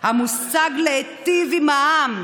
מרמה והפרת אמונים,